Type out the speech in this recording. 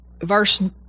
verse